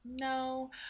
No